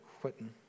quitting